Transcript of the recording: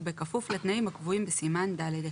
ובכפוף לתנאים הקבועים בסימן ד'1,